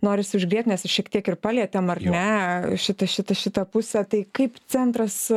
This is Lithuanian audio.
norisi užgriebt nes šiek tiek ir palietėm ar ne šitą šitą šitą šitą pusę tai kaip centras